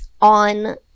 on